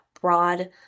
broad